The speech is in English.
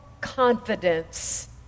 confidence